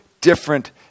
different